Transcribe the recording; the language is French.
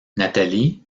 nathalie